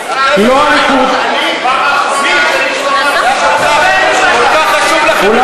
אתם מפיצים שקר, ואז אתם מאמינים בו.